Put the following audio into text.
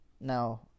Now